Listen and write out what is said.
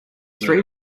three